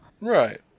Right